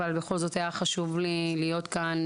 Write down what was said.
אבל בכל זאת היה חשוב לי להיות כאן,